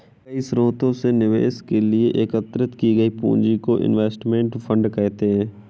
कई स्रोतों से निवेश के लिए एकत्रित की गई पूंजी को इनवेस्टमेंट फंड कहते हैं